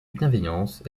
bienveillance